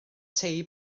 tei